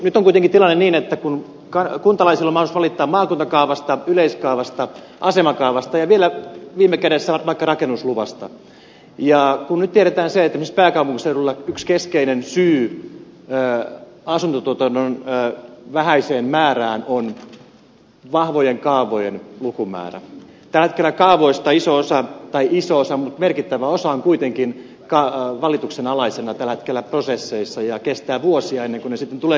nyt on kuitenkin tilanne niin että kun kuntalaisilla on mahdollisuus valittaa maakuntakaavasta yleiskaavasta asemakaavasta ja vielä viime kädessä vaikka rakennusluvasta ja kun nyt tiedetään se että esimerkiksi pääkaupunkiseudulla yksi keskeinen syy asuntotuotannon vähäiseen määrään on vahvojen kaavojen lukumäärä niin tällä hetkellä kaavoista merkittävä osa on kuitenkin valituksen alaisena prosesseissa ja kestää vuosia ennen kuin ne sitten tulevat käyttöön